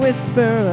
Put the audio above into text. Whisper